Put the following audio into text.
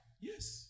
Yes